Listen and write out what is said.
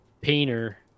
painter